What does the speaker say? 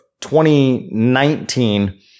2019